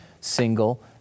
single